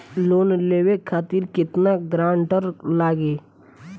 Loan लेवे खातिर केतना ग्रानटर लागी?